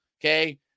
okay